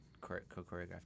co-choreographed